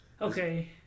Okay